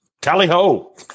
Tally-ho